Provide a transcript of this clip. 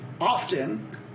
often